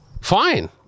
Fine